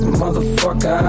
motherfucker